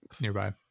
nearby